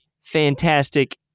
fantastic